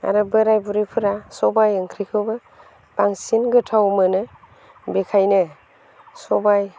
आरो बोराय बुरैफोरा सबाय ओंख्रिखौबो बांसिन गोथाव मोनो बेनिखायनो सबाय